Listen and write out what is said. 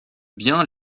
bien